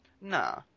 Nah